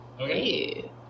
Okay